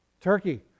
Turkey